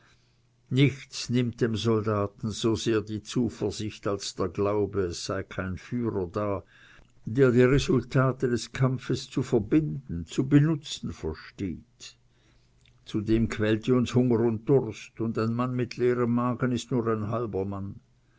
nichts nimmt dem soldaten so sehr die zuversicht als der glaube es sei kein führer da der die resultate des kampfes zu verbinden zu benutzen verstehe zudem quälte uns hunger und durst und ein mann mit leerem magen ist nur ein halber mann